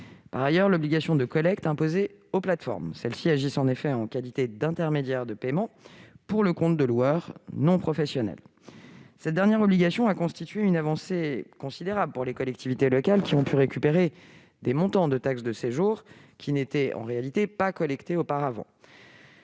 part, l'obligation de collecte imposée aux plateformes, celles-ci agissant en effet en qualité d'intermédiaire de paiement pour le compte de loueurs non professionnels. Cette dernière obligation a constitué une avancée considérable pour les collectivités locales, qui ont pu récupérer des montants de taxe de séjour qui n'étaient en réalité pas collectés auparavant.